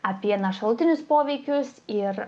apie na šalutinius poveikius ir